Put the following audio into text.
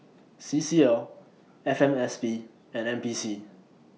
C C L F M S P and N P C